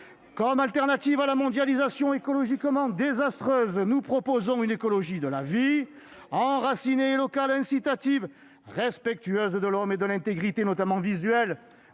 Comme alternative à la mondialisation écologiquement désastreuse, nous proposons une écologie de la vie, enracinée et locale, incitative, respectueuse de l'homme et de l'intégrité, notamment visuelle,